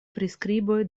priskriboj